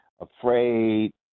afraid